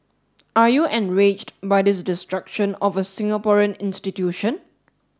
are you enraged by this destruction of a Singaporean institution